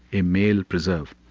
a male preserve.